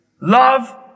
Love